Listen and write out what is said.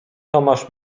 tomasz